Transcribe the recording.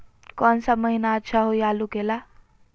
कौन सा महीना अच्छा होइ आलू के ला?